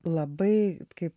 labai kaip